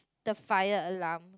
the fire alarm